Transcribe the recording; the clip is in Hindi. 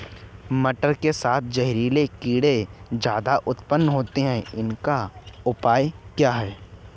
मटर के साथ जहरीले कीड़े ज्यादा उत्पन्न होते हैं इनका उपाय क्या है?